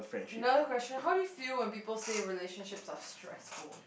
another question how do you feel when people say relationships are stressful